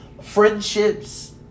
friendships